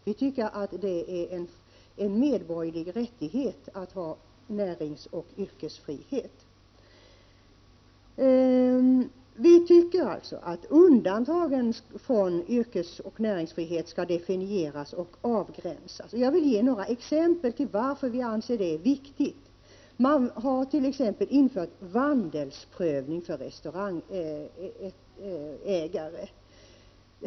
Vi tycker att det är en medborgerlig rättighet att ha näringsoch yrkesfrihet. Vi anser alltså att undantag från yrkesoch näringsfrihet skall definieras och avgränsas. Jag vill ge några exempel på varför vi anser att det är viktigt. Man hart.ex. infört vandelsprövning för restaurangägare.